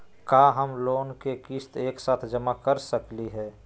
का हम लोन के किस्त एक साथ जमा कर सकली हे?